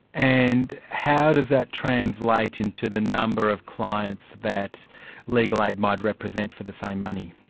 and how does that translate into the number of clients that legal aid might represent for the same money?